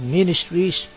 Ministries